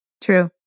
True